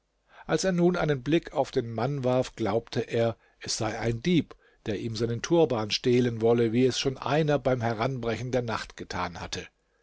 als er nun einen blick auf den mann warf glaubte er es sei ein dieb der ihm seinen turban stehlen wolle wie es schon einer beim heranbrechen der nacht getan hatte